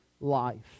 life